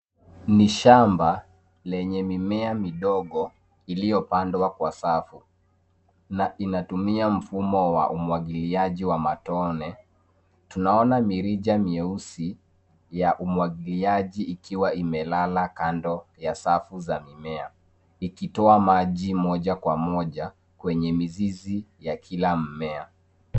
Ni shamba, lenye mimea midogo, iliopandwa kwa safu, na inatumia mfumo wa umwangiliaji wa matone, tunaona mirija nyeusi, ya umwangiliaji ikiwa imelala kando ya safu za mimea, ikitoa maji, moja kwa moja, kwenye mizizi ya kila mmea.